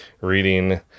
reading